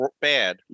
bad